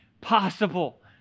possible